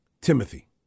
Timothy